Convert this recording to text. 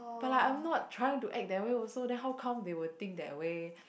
but lah I'm not trying to act that way also then how come they will think that way